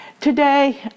Today